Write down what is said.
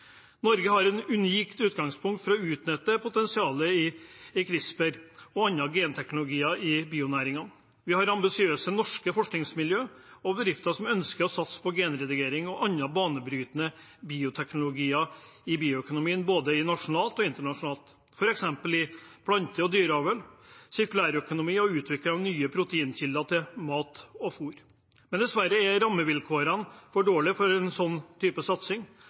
Norge har et unikt utgangspunkt for å utnytte potensialet i CRISPR og andre genteknologier i bionæringene. Vi har ambisiøse norske forskningsmiljøer og bedrifter som ønsker å satse på genredigering og andre banebrytende bioteknologier i bioøkonomien både nasjonalt og internasjonalt, f.eks. i plante- og dyreavl, sirkulærøkonomi og utvikling av nye proteinkilder til mat og fôr. Men dessverre er rammevilkårene for dårlige for en slik satsing.